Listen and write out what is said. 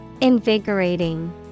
Invigorating